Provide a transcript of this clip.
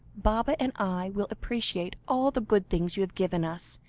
baba and i will appreciate all the good things you have given us,